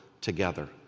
together